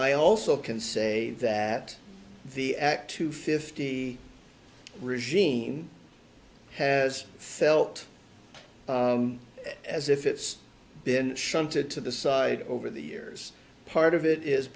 i also can say that the act two fifty regime has felt as if it's been shunted to the side over the years part of it is